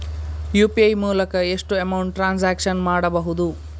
UPI ಮೂಲಕ ಎಷ್ಟು amount transaction ಮಾಡಬಹುದು?